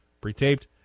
pre-taped